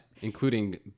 Including